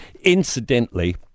incidentally